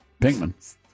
Pinkman